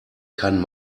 kann